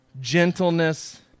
gentleness